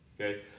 Okay